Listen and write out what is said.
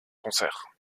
concert